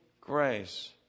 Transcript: grace